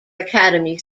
academy